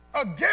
Again